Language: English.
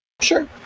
Sure